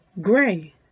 gray